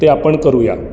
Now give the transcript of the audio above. ते आपण करूया